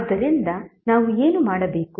ಆದ್ದರಿಂದ ನಾವು ಏನು ಮಾಡಬೇಕು